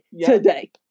today